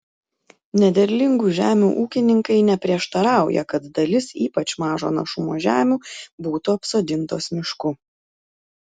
nederlingų žemių ūkininkai neprieštarauja kad dalis ypač mažo našumo žemių būtų apsodintos mišku